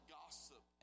gossip